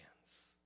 hands